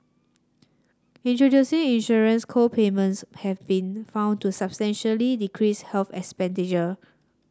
introducing insurance co payments have been found to substantially decrease health expenditure